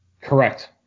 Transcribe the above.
Correct